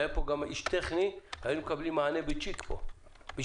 איש טכני היינו מקבלים מענה מהיר לשאלה הזאת.